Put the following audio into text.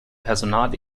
personal